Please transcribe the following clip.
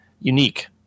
unique